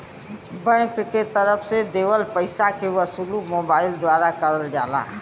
bank के तरफ से देवल पइसा के वसूली मोबाइल द्वारा करल जाला